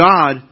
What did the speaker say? God